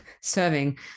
Serving